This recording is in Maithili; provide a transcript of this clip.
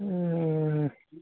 ओ